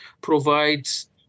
provides